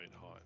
high